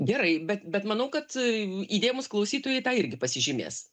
gerai bet bet manau kad įdėmūs klausytojai tą irgi pasižymės